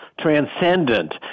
transcendent